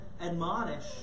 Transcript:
admonish